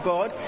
God